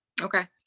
Okay